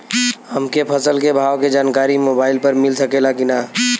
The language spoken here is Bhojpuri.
हमके फसल के भाव के जानकारी मोबाइल पर मिल सकेला की ना?